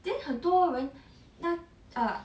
then 很多人那 ah